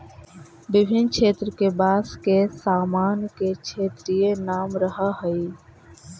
विभिन्न क्षेत्र के बाँस के सामान के क्षेत्रीय नाम रहऽ हइ